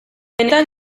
benetan